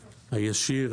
הישיר,